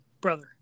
brother